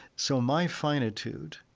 so my finitude,